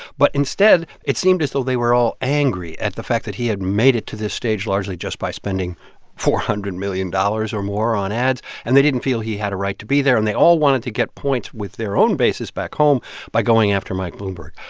but instead, it seemed as though they were all angry at the fact that he had made it to this stage largely just by spending four hundred million dollars or more on ads and they didn't feel he had a right to be there. and they all wanted to get points with their own bases back home by going after mike bloomberg.